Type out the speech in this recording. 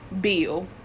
Bill